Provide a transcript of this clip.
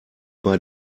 bei